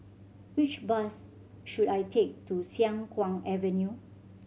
which bus should I take to Siang Kuang Avenue